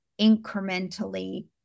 incrementally